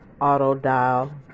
auto-dial